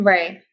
Right